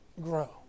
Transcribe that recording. grow